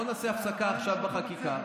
בוא נעשה הפסקה עכשיו בחקיקה,